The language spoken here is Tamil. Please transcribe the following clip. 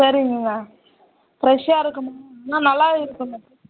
சரிங்கங்க ஃப்ரெஷ்ஷாக இருக்கணும் ஆனால் நல்லா இருக்கணும்